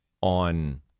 on